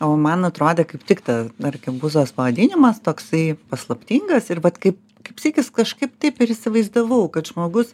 o man atrodė kaip tik ta arkebuzos pavadinimas toksai paslaptingas ir vat kaip kaip sykis kažkaip taip ir įsivaizdavau kad žmogus